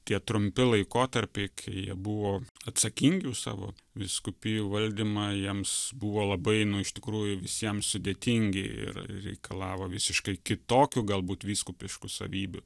tie trumpi laikotarpiai kai jie buvo atsakingi už savo vyskupijų valdymą jiems buvo labai nu iš tikrųjų visiems sudėtingi ir reikalavo visiškai kitokiu galbūt vyskupiškų savybių